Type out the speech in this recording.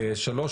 דבר שלישי,